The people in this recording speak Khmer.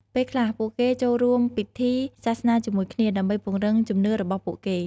ពេលខ្លះពួកគេចូលរួមពិធីសាសនាជាមួយគ្នា ដើម្បីពង្រឹងជំនឿរបស់ពួកគេ។